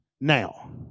now